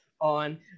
on